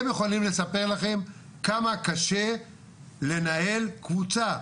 הם יכולים לספר לכם כמה קשה לנהל קבוצה,